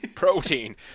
Protein